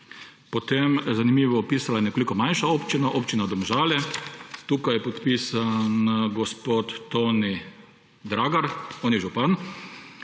Potem, zanimivo, pisala je nekoliko manjša občina, Občina Domžale. Tukaj je podpisan gospod Toni Dragar, on je župan: